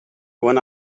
when